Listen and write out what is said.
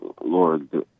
Lord